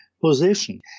position